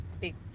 big